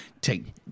take